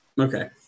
Okay